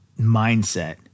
mindset